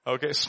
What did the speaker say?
Okay